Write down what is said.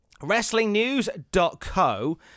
wrestlingnews.co